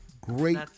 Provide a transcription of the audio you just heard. great